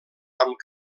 amb